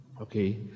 Okay